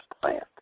plant